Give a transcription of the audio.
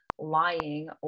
lying